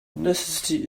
necessity